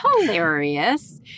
hilarious